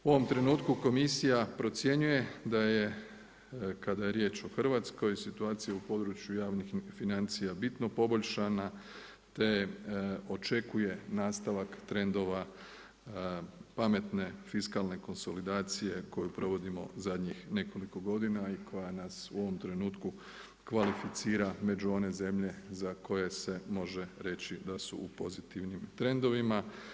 U ovom trenutku, komisija procjenjuje da je kada je riječ o Hrvatskoj, situacija u području javnih financija, bitno poboljšana, te očekuje nastavak trendova pametne fiskalne konsolidacije koju provodimo zadnjih nekoliko godina i koja nas u ovom trenutku kvalificira među one zemlje za koje se može reći da su u pozitivnim trendovima.